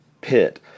pit